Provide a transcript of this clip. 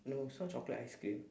no it's not chocolate ice cream